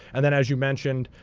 and then, as you mentioned,